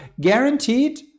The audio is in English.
guaranteed